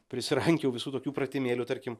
prisirankiojau visų tokių pratimėlių tarkim